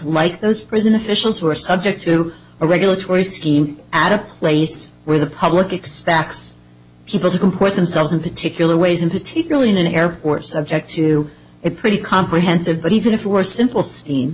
like those prison officials who are subject to a regulatory scheme at a place where the public expects people to comport themselves in particular ways and particularly in an airport subject to a pretty comprehensive but even if it were simple seen